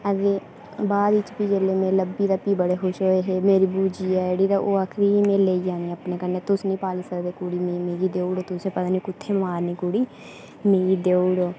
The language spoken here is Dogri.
ते अग्गें बाद बिच जेल्लै में लब्भी ते भी बड़े खुश होए ते मेरी बूजी ऐ जेह्ड़ी ते ओह् आखदी ते एह् लेई जानी में अपने कन्नै तुस निं पाली सकदे एह् कुड़ी एह् मिगी देई ओड़ो तुसें पता निं कुत्थै मारनी कुड़ी मिगी देई ओड़ो